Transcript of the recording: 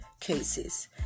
cases